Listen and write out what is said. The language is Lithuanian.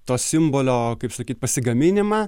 to simbolio kaip sakyt pasigaminimą